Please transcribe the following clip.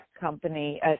company